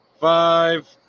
five